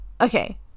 okay